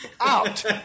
Out